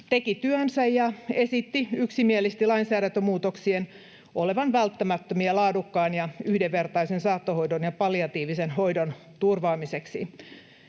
teki työnsä ja esitti yksimielisesti lainsäädäntömuutoksien olevan välttämättömiä laadukkaan ja yhdenvertaisen saattohoidon ja palliatiivisen hoidon turvaamiseksi.